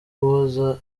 guhoza